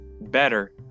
better